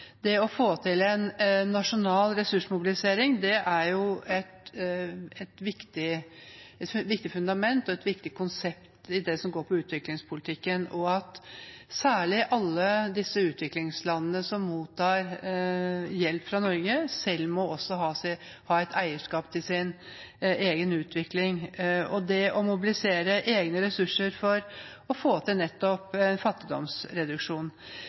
Det å få til en nasjonal ressursmobilisering er et viktig fundament og et viktig konsept i utviklingspolitikken, og særlig at alle utviklingslandene som mottar hjelp fra Norge, også selv må ha et eierskap til sin egen utvikling og til det å mobilisere egne ressurser for å få til nettopp fattigdomsreduksjon.